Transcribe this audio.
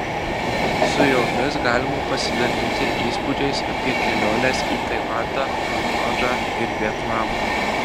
su jomis galima pasidalinti įspūdžiais apie keliones į tailandą kambodžą ir vietnamą